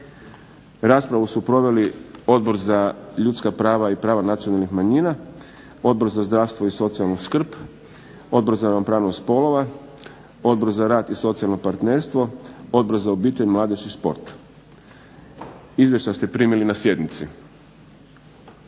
Raspravu su proveli Odbor za ljudska prava i prava nacionalnih manjina, Odbor za zdravstvo i socijalnu skrb, Odbor za ravnopravnost spolova, Odbor za rad i socijalno partnerstvo, Odbor za obitelj, mladež i šport. Izvješća ste primili na sjednici.